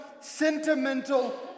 sentimental